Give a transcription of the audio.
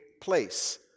place